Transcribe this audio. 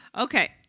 Okay